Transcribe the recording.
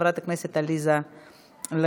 חברת הכנסת עליזה לביא,